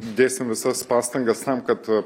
dėsim visas pastangas tam kad